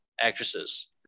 actresses